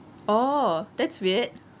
oh that's weird